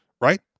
Right